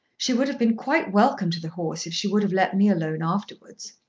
she would have been quite welcome to the horse if she would have let me alone afterwards.